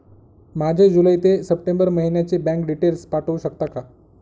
माझे जुलै ते सप्टेंबर महिन्याचे बँक डिटेल्स पाठवू शकता का?